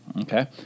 Okay